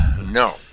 no